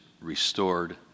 restored